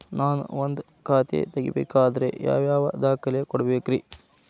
ನಾನ ಒಂದ್ ಖಾತೆ ತೆರಿಬೇಕಾದ್ರೆ ಯಾವ್ಯಾವ ದಾಖಲೆ ಕೊಡ್ಬೇಕ್ರಿ?